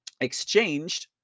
exchanged